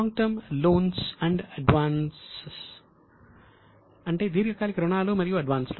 long term loans and advance అంటే దీర్ఘకాలిక రుణాలు మరియు అడ్వాన్స్